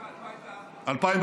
סליחה,